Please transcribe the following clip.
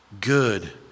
good